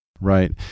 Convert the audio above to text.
Right